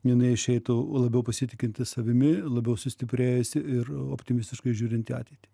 jinai išeitų labiau pasitikinti savimi labiau sustiprėjusi ir optimistiškai žiūrint į ateitį